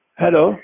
hello